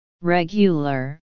regular